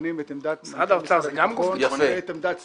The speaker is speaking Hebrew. בוחנים את עמדת משרד הביטחון ואת עמדת צה"ל.